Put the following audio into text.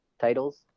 titles